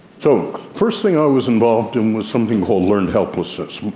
so, first thing i was involved in was something called learned helplessness,